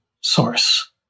source